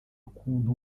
kuntu